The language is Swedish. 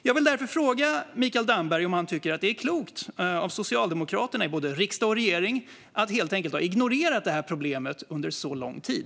Jag vill därför fråga Mikael Damberg: Tycker du att det har varit klokt av Socialdemokraterna i både riksdag och regering att ignorera detta problem under så lång tid?